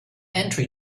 entry